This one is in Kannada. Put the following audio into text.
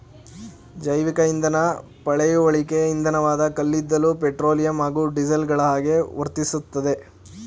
ಜೈವಿಕಇಂಧನ ಪಳೆಯುಳಿಕೆ ಇಂಧನವಾದ ಕಲ್ಲಿದ್ದಲು ಪೆಟ್ರೋಲಿಯಂ ಹಾಗೂ ಡೀಸೆಲ್ಗಳಹಾಗೆ ವರ್ತಿಸ್ತದೆ